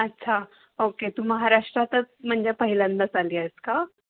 अच्छा ओके तू महाराष्ट्रातच म्हणजे पहिल्यांदाच आली आहेस का